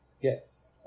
Yes